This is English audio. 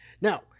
Now